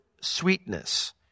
sweetness